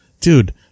dude